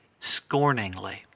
scorningly